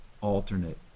alternate